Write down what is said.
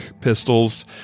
pistols